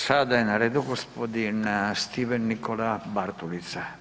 Sada je na redu gospodin Stephen Nikola Bartulica.